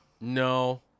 No